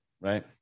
right